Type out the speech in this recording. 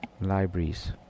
libraries